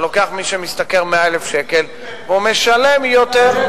אתה לוקח מי שמשתכר 100,000 שקל, והוא משלם יותר,